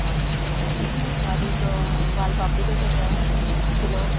आं आनी वालपापडी कशी आसा किलो